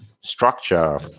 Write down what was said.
structure